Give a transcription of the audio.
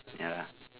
ya lah